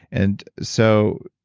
and so,